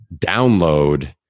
download